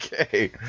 Okay